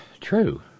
True